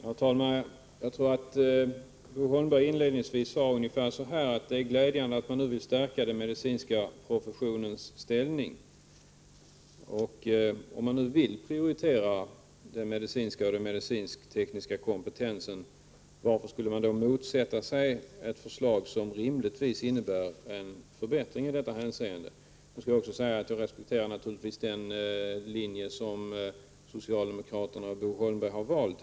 Herr talman! Jag tror att Bo Holmberg inledningsvis sade ungefär att det är glädjande att man nu vill stärka den medicinska professionens ställning. Om man nu vill prioritera den medicinska och den medicinsk-tekniska kompetensen, varför skulle man då motsätta sig ett förslag som rimligtvis innebär en förbättring i detta hänseende? Jag respekterar naturligtvis den linje som socialdemokraterna och Bo Holmberg har valt.